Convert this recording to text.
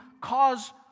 cause